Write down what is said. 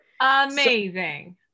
Amazing